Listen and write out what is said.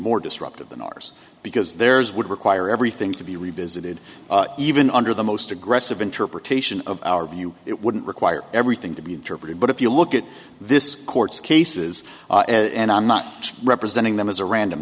more disruptive than ours because there's would require everything to be revisited even under the most aggressive interpretation of our view it wouldn't require everything to be interpreted but if you look at this court's cases and i'm not representing them as a random